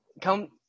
Come